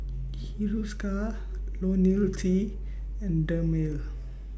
Hiruscar Ionil T and Dermale